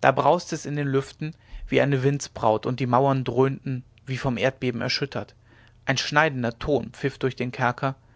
da brauste es in den lüften wie eine windsbraut und die mauern dröhnten wie vom erdbeben erschüttert ein schneidender ton pfiff durch den kerker